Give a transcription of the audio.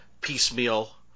piecemeal